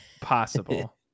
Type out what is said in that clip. possible